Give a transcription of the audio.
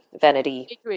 vanity